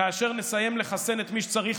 כאשר נסיים לחסן את מי שצריך,